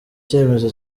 cyemezo